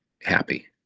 happy